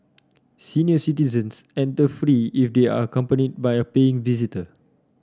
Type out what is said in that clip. senior citizens enter free if they are accompanied by a paying visitor